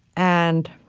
and